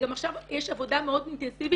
וגם עכשיו יש עבודה מאוד אינטנסיבית